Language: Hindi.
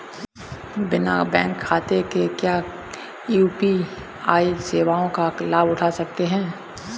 बिना बैंक खाते के क्या यू.पी.आई सेवाओं का लाभ उठा सकते हैं?